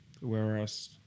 Whereas